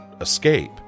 escape